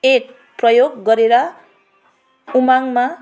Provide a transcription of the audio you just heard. एक प्रयोग गरेर उमङमा